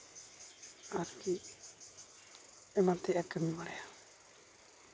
ᱟᱨᱠᱤ ᱮᱢᱟᱱᱛᱮᱭᱟᱜᱼᱮ ᱟᱹᱠᱷᱨᱤᱧ ᱵᱟᱲᱟᱭᱟ